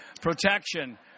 protection